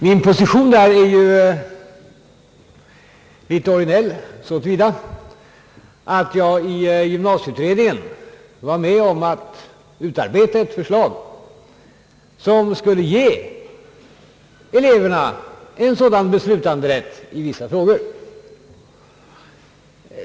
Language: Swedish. Min position är där litet originell så till vida som jag 1 gymnasieutredningen var med om att utarbeta ett förslag som skulle ge eleverna en sådan beslutanderätt i vissa frågor.